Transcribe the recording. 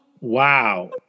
Wow